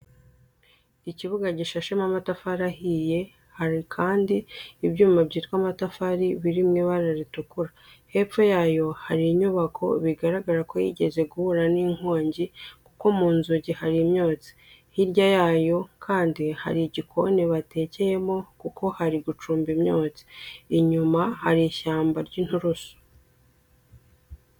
Ikibuga gishashemo amatafari ahiye, hari kandi ibyuma byitwa amazamu biri mu ibara ritukura. Hepfo yayo hari inyubako bigaragara ko yigeze guhura n'inkongi kuko mu nzugi hari imyotsi. Hirya yayo kandi hari igikoni batekeyemo kuko hari gucumba imyotsi. Inyuma hari ishyamba ry'inturusu.